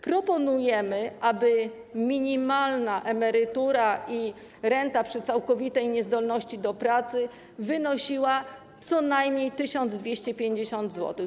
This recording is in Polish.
Proponujemy, aby minimalna emerytura i renta przy całkowitej niezdolności do pracy wynosiły co najmniej 1250 zł.